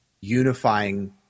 unifying